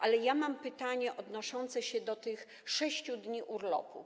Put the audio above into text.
Ale ja mam pytanie odnoszące się do tych 6 dni urlopu.